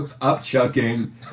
Up-chucking